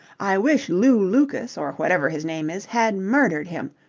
i wish lew lucas or whatever his name is had murdered him.